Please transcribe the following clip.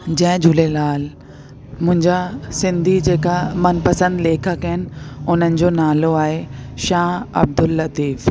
जय झूलेलाल मुंहिंजा सिंधी जेका मनपसंदि लेखकु आहिनि उन्हनि जो नालो आहे शाह अब्दुल लतीफ़